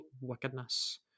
wickedness